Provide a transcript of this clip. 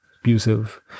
abusive